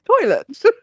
toilets